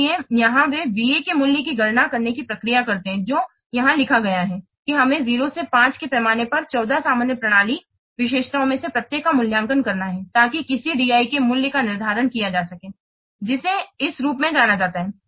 इसलिए यहां वे VA के मूल्य की गणना करने की प्रक्रिया करते हैं जो यहां लिखा गया है कि हमें 0 से 5 के पैमाने पर 14 सामान्य प्रणाली विशेषताओं में से प्रत्येक का मूल्यांकन करना है ताकि किसी DI के मूल्य का निर्धारण किया जा सके जिसे इस रूप में जाना जाता है